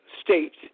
states